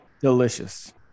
delicious